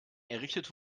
errichtet